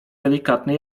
delikatny